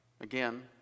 again